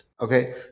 okay